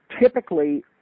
typically